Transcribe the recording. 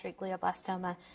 glioblastoma